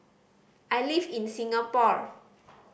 I live in Singapore